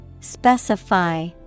Specify